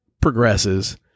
progresses